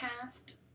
past